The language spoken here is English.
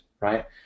right